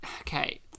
okay